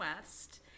West